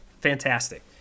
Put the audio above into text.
Fantastic